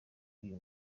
uyu